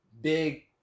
big